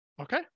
Okay